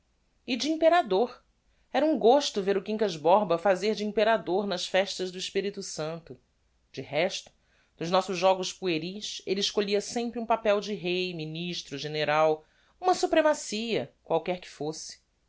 e de imperador era um gosto ver o quincas borba fazer de imperador nas festas do espirito santo de resto nos nossos jogos pueris elle escolhia sempre um papel de rei ministro general uma supremacia qualquer que fosse